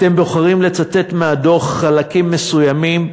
אתם בוחרים לצטט מהדוח חלקים מסוימים,